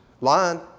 line